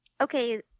Okay